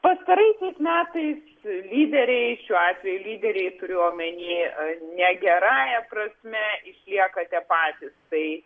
pastaraisiais metais lyderiai šiuo atveju lyderiai turiu omeny ne gerąja prasme išlieka tie patys tai